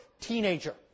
teenager